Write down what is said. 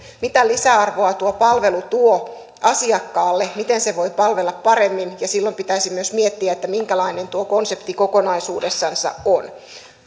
mitä lisäarvoa tuo palvelu tuo asiakkaalle miten se voi palvella paremmin silloin pitäisi myös miettiä minkälainen tuo konsepti kokonaisuudessansa on